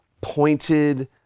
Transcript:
pointed